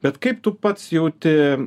bet kaip tu pats jauti